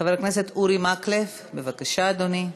חבר הכנסת אורי מקלב, בבקשה, אדוני.